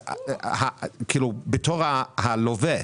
כלווה,